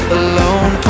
alone